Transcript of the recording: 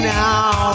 now